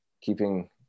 keeping